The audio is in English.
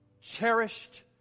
Cherished